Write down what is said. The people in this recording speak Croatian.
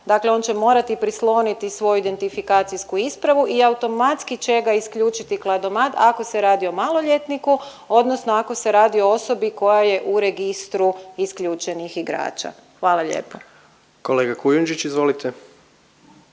dakle on će morati prisloniti svoju identifikacijsku ispravu i automatski će ga isključiti kladomat ako se radi o maloljetniku odnosno ako se radi o osobi koja je u registru isključenih igrača. Hvala lijepo. **Jandroković, Gordan